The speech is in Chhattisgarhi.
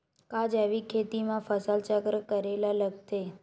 का जैविक खेती म फसल चक्र करे ल लगथे?